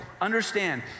Understand